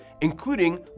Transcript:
including